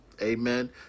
Amen